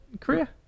Korea